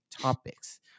topics